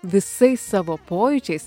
visais savo pojūčiais